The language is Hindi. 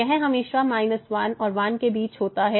यह हमेशा 1 और 1 के बीच होता है